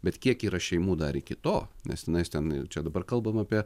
bet kiek yra šeimų dar iki to nes tenais ten ir čia dabar kalbam apie